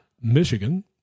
Michigan